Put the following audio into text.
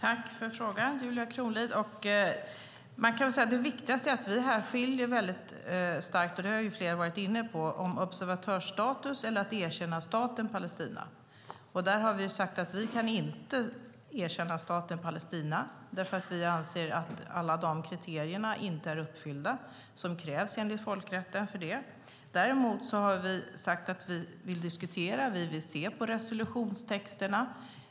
Herr talman! Tack för frågan, Julia Kronlid! Det viktiga är att vi tydligt skiljer mellan observatörsstatus och ett erkännande av staten Palestina. Vi har sagt att vi inte kan erkänna staten Palestina eftersom vi anser att alla kriterier som enligt folkrätten krävs inte är uppfyllda. Däremot har vi sagt att vi vill diskutera frågan. Vi vill titta på resolutionstexterna.